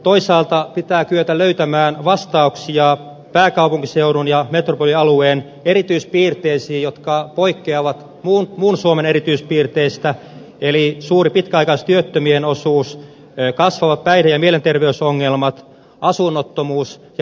toisaalta pitää kyetä löytämään vastauksia pääkaupunkiseudun ja metropolialueen erityispiirteisiin jotka poikkeavat muun suomen erityispiirteistä eli suureen pitkäaikaistyöttömien osuuteen kasvaviin päihde ja mielenterveysongelmiin asunnottomuuteen ja maahanmuuttoon liittyviin haasteisiin